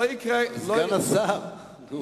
שפעת מקסיקו.